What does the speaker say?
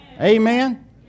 Amen